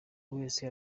wese